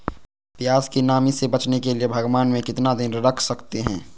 प्यास की नामी से बचने के लिए भगवान में कितना दिन रख सकते हैं?